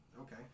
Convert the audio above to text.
okay